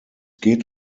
geht